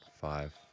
five